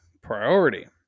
priority